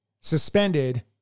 suspended